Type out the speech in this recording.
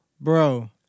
Bro